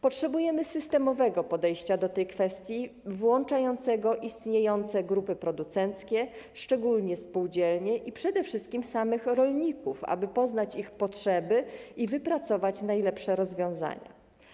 Potrzebujemy systemowego podejścia do tej kwestii, włączającego istniejące grupy producenckie, szczególnie spółdzielnie i przede wszystkim samych rolników, aby poznać ich potrzeby i wypracować najlepsze rozwiązania.